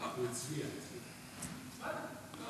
אם